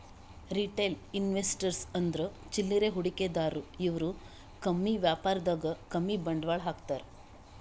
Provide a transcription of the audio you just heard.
retail investors ಅಂದ್ರ ಚಿಲ್ಲರೆ ಹೂಡಿಕೆದಾರು ಇವ್ರು ಕಮ್ಮಿ ವ್ಯಾಪಾರದಾಗ್ ಕಮ್ಮಿ ಬಂಡವಾಳ್ ಹಾಕ್ತಾರ್